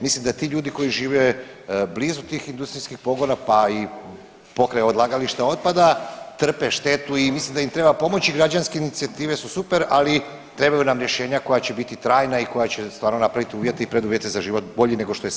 Mislim da ti ljudi koji žive blizu tih industrijskih pogona, pa i pokraj odlagališta otpada trpe štetu i mislim da im treba pomoći, građanske inicijative su super, ali trebaju nam rješenja koja će biti trajna i koja će stvarno napravit uvjete i preduvjete za život bolji nego što je sada.